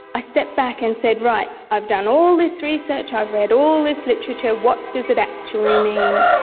i stepped back and said, right, i've done all this research, i've read all this literature, what does it actually mean?